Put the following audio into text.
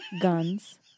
guns